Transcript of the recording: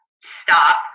stop